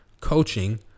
coaching